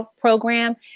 program